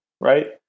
right